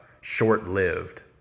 short-lived